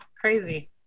crazy